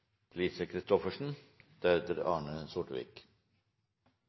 Lise Christoffersen